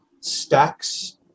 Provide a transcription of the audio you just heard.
Stacks